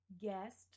guest